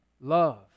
Love